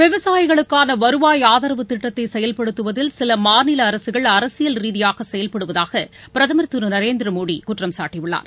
விவசாயிகளுக்கான வருவாய் ஆதரவு திட்டத்தை செயல்படுத்துவதில் சில மாநில அரசுகள் அரசியல் ரீதியாக செயல்படுவதாக பிரதமர் திரு நரேந்திர மோடி குற்றம் சாட்டியுள்ளார்